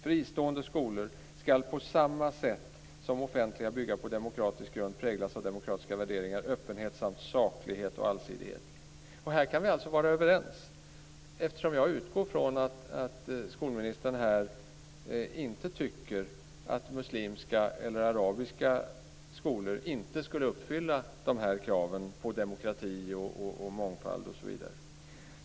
Fristående skolor ska, på samma sätt som offentliga, bygga på demokratisk grund, präglas av demokratiska värderingar, öppenhet samt saklighet och allsidighet." Här kan vi alltså vara överens, eftersom jag utgår från att skolministern inte tycker att muslimska eller arabiska skolor inte skulle uppfylla de här kraven på demokrati, mångfald osv.